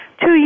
two